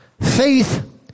Faith